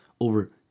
over